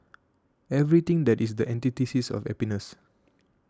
everything that is the antithesis of happiness